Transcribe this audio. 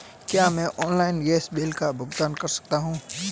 क्या मैं online gas bill का भुगतान कर सकता हूँ?